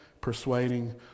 persuading